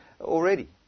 Already